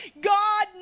God